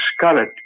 scarlet